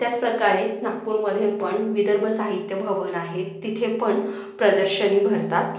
त्याचप्रकारे नागपूरमध्येपण विदर्भ साहित्य भवन आहे तिथेपण प्रदर्शने भरतात